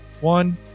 One